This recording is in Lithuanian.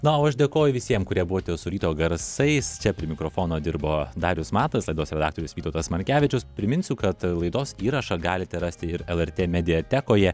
na o aš dėkoju visiem kurie buvote su ryto garsais čia prie mikrofono dirbo darius matas laidos redaktorius vytautas markevičius priminsiu kad laidos įrašą galite rasti ir lrt mediatekoje